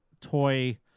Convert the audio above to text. toy